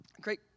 great